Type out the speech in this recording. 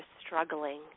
struggling